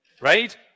right